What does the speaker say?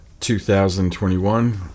2021